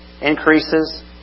increases